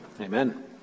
amen